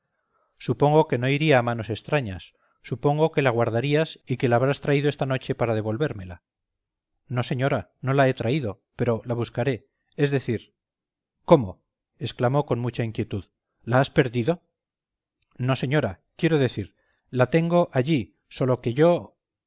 supongo que no iría a manos extrañas supongo que la guardarías y que la habrás traído esta noche para devolvérmela no señora no la he traído pero la buscaré es decir cómo exclamó con mucha inquietud la has perdido no señora quiero decir la tengo allí sólo que yo